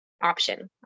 option